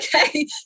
okay